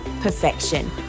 perfection